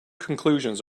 conclusions